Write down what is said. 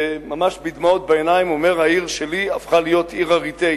וממש עם דמעות בעיניים הוא אומר: העיר שלי הפכה להיות עיר אריתריאית,